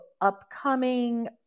upcoming